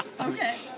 Okay